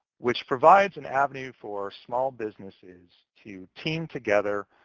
which provides an avenue for small businesses to team together,